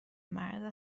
مرد